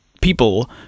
people